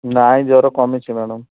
ନାହିଁ ଜ୍ଵର କମିଛି ମ୍ୟାଡ଼ାମ୍